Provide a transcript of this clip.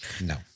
No